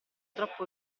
troppo